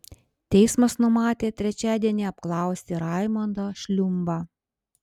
teismas numatė trečiadienį apklausti raimondą šliumbą